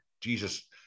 Jesus